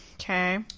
Okay